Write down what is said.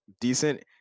decent